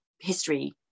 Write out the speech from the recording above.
history